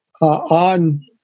on